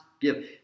give